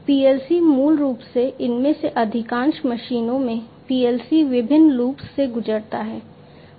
PLC मूल रूप से इनमें से अधिकांश मशीनों में PLC विभिन्न लूप्स से गुजरता है